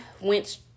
went